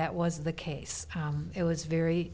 that was the case it was very